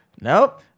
Nope